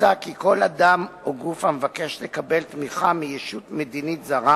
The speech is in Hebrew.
מוצע כי כל אדם או גוף המבקש לקבל תמיכה מישות מדינית זרה